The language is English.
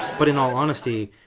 but in all honesty,